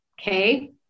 Okay